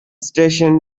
stationed